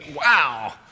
wow